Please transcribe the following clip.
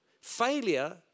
Failure